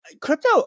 crypto